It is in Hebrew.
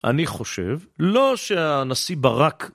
אני חושב, לא שהנשיא ברק.